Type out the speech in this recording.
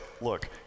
look